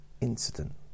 incident